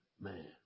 man